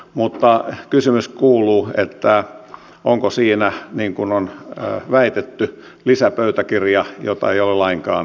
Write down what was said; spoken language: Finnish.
mutta kysymys kuuluu onko siinä niin kuin on väitetty lisäpöytäkirja jota ei ole lainkaan julkistettu